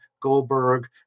Goldberg